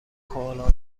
کوالا